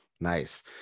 nice